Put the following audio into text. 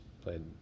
played